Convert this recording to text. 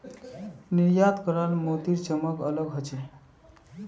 निर्यात कराल मोतीर चमक अलग ह छेक